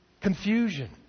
Confusion